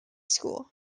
school